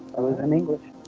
it was in english